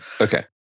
Okay